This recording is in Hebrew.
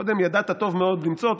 קודם ידעת טוב מאוד למצוא אותו,